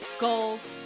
goals